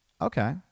Okay